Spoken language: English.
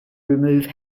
remove